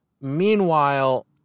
Meanwhile